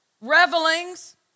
revelings